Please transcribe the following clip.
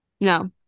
No